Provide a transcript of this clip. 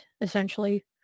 essentially